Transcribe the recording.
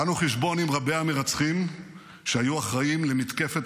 באנו חשבון עם רבי-המרצחים שהיו אחראים למתקפת